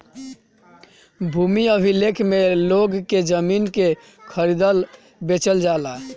भूमि अभिलेख में लोग के जमीन के खरीदल बेचल जाला